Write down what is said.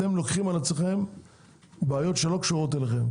אתם לוקחים על עצמכם בעיות שלא קשורות אליכם,